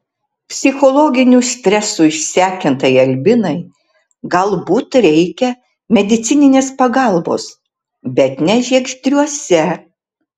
psichologinių stresų išsekintai albinai galbūt reikia medicininės pagalbos bet ne žiegždriuose